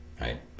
right